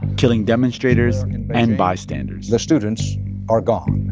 killing demonstrators and bystanders the students are gone.